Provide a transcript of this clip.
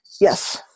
yes